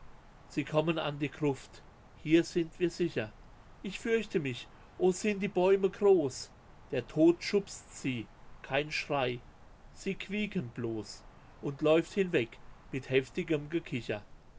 sie kommen an die gruft hier sind wir sicher ich fürchte mich oh sind die bäume groß der tod schupst sie kein schrei sie quieken bloß und läuft hinweg mit heftigem gekicher